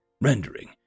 Rendering